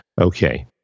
Okay